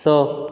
स